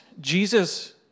Jesus